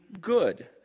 good